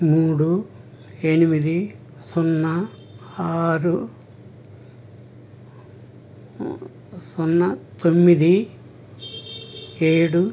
మూడు ఎనిమిది సున్నా ఆరు సున్నా తొమ్మిది ఏడు